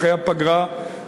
אחרי הפגרה.